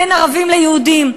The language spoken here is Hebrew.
בין ערבים ליהודים,